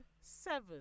seven